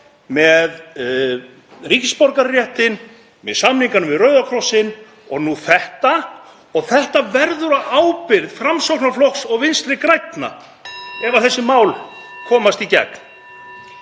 Með ríkisborgararéttinn, með samningunum við Rauða krossinn og nú þetta. Það verður á ábyrgð Framsóknarflokks og Vinstri grænna ef þessi mál komast í gegn.